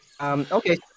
Okay